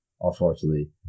unfortunately